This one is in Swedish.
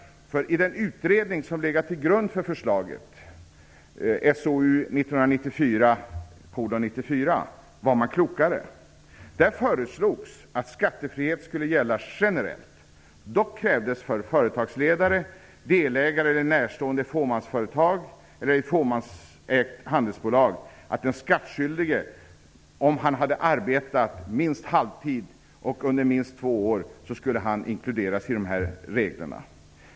I den utredning som legat till grund för förslaget, SOU 1995:94, var man klokare. Dock krävdes för företagsledare, delägare eller närstående i fåmansföretag eller i fåmansägt handelsbolag att den skattskyldige arbetat minst halvtid och under minst två för att inkluderas i dessa regler.